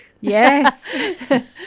Yes